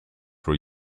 were